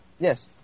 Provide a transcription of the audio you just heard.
Yes